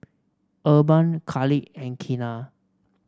Urban Khalid and Keanna